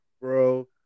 Bro